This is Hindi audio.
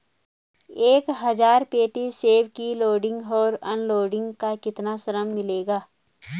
एक हज़ार पेटी सेब की लोडिंग और अनलोडिंग का कितना श्रम मिलेगा?